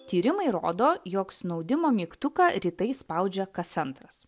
tyrimai rodo jog snaudimo mygtuką rytais spaudžia kas antras